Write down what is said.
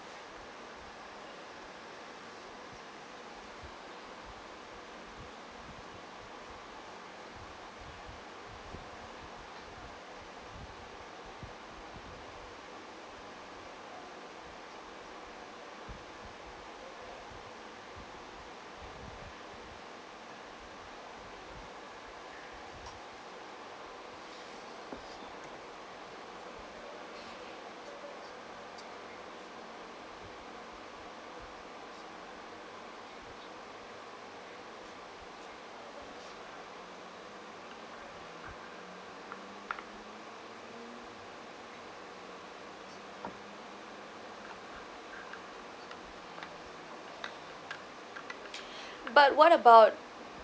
but what about